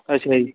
ਅੱਛਾ ਜੀ